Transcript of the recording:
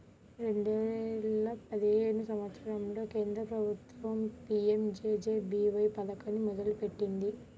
రెండేల పదిహేను సంవత్సరంలో కేంద్ర ప్రభుత్వం పీ.యం.జే.జే.బీ.వై పథకాన్ని మొదలుపెట్టింది